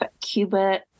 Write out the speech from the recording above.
Cuba